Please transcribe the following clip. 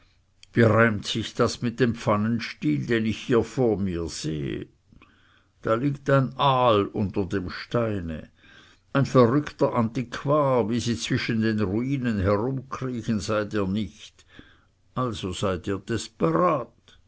wie reimt sich das mit dem pfannenstiel den ich hier vor mir sehe da liegt ein aal unter dem steine ein verrückter antiquar wie sie zwischen den ruinen herumkriechen seid ihr nicht also seid ihr